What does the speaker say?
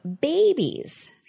babies